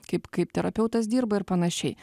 kaip kaip terapeutas dirba ir panašiai